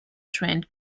trend